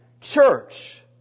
church